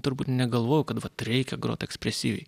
turbūt negalvojau kad vat reikia grot ekspresyviai